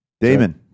Damon